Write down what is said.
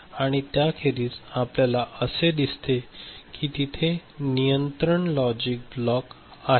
आणि त्याखेरीज आपल्याला असे दिसते की तिथे नियंत्रण लॉजिक ब्लॉक आहे